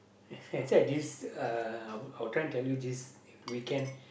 actually right this uh actually I was trying to tell you this weekend